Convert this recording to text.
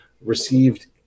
received